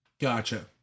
Gotcha